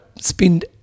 spend